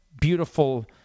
beautiful